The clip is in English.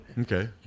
Okay